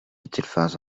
التلفاز